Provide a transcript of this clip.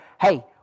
hey